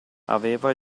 aveva